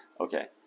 Okay